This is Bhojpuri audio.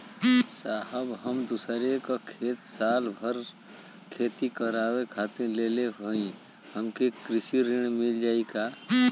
साहब हम दूसरे क खेत साल भर खेती करावे खातिर लेहले हई हमके कृषि ऋण मिल जाई का?